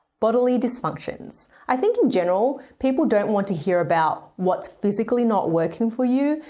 bodily dysfunctions. i think in general people don't want to hear about what's physically not working for you,